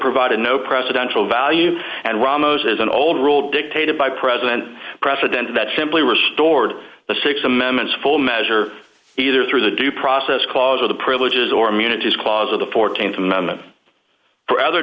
provided no presidential value and ramos as an old rule dictated by president president that simply restored the six amendments full measure either through the due process clause or the privileges or immunities clause of the th amendment for other